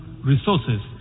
resources